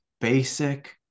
basic